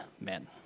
men